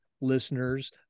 listeners